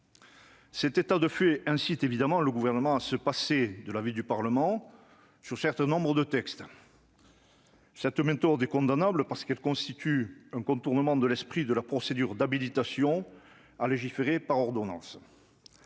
Cet état de fait incite évidemment le Gouvernement à se passer de l'avis du Parlement sur un certain nombre de textes. Cette méthode est condamnable, parce qu'elle constitue un contournement de l'esprit de la procédure d'habilitation à légiférer par ordonnances.